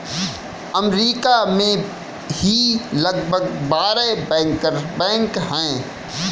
अमरीका में ही लगभग बारह बैंकर बैंक हैं